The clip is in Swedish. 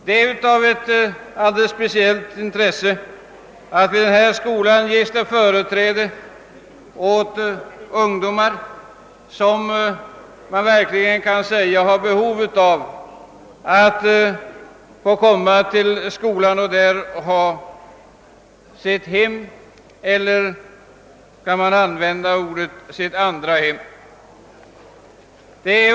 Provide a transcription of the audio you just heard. Det är av ett alldeles speciellt intresse att det vid denna skola ges före träde åt ungdomar, om vilka man verkligen kan säga att de har behov av att få komma till skolan och där ha sitt hem eller om man så vill sitt andra hem.